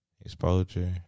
exposure